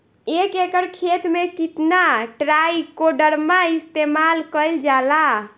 एक एकड़ खेत में कितना ट्राइकोडर्मा इस्तेमाल कईल जाला?